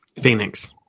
Phoenix